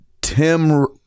tim